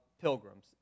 pilgrims